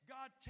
God